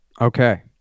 Okay